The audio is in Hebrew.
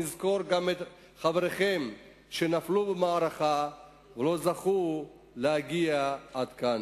נזכור את חבריכם שנפלו במערכה ולא זכו להגיע עד כאן.